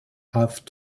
have